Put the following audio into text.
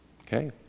Okay